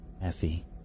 Effie